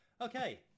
Okay